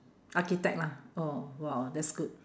architect lah oh !wow! that's good